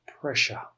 pressure